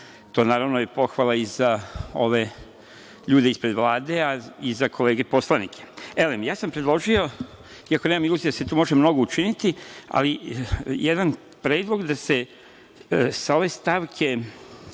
tokom. To je pohvala i za ove ljude ispred Vlade, a i za kolege poslanike. Elem, ja sam predložio iako nema iluzije da se tu ne može mnogo učiniti, ali jedan predlog da se sa ove stavke